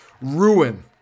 ruin